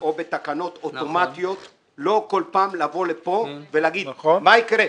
או בתקנות אוטומטיות ולא כל פעם לבוא לכאן ולומר מה יקרה.